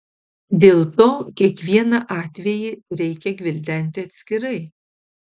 dėl to kiekvieną atvejį reikia gvildenti atskirai